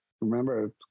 remember